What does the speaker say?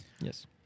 Yes